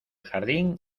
jardín